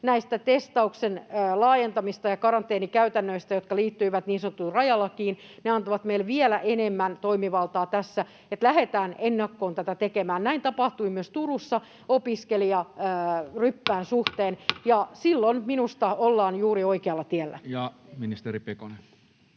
päätös testauksen laajentamisesta ja karanteenikäytännöistä, jotka liittyivät niin sanottuun rajalakiin, vielä enemmän toimivaltaa tässä, että lähdetään ennakkoon tätä tekemään. Näin tapahtui myös Turussa opiskelijaryppään suhteen, ja silloin minusta ollaan juuri oikealla tiellä. [Speech